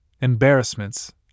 embarrassments